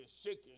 shaking